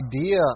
idea